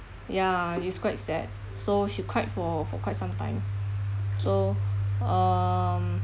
ya it's quite sad so she cried for for quite some time so um